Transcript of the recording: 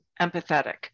empathetic